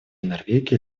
норвегии